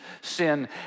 sin